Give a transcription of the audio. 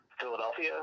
Philadelphia